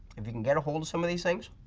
if you can get a hold of some of these things.